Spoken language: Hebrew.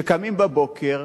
שקמים בבוקר,